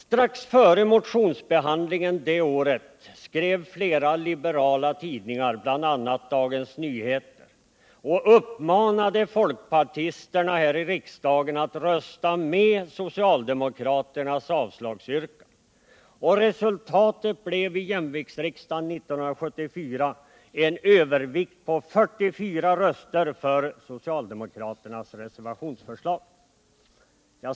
Strax före motionsbehandlingen det året skrev flera liberala tidningar, bl.a. Dagens Nyheter, och uppmanade folkpartisterna i riksdagen att rösta för socialdemokraternas avslagsyrkande. Och resultatet blev i jämviktsriksdagen 1974 en övervikt på 44 röster för socialdemokraternas reservationsförslag.